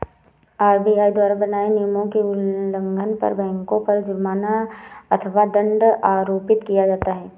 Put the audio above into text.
RBI द्वारा बनाए नियमों के उल्लंघन पर बैंकों पर जुर्माना अथवा दंड आरोपित किया जाता है